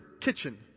kitchen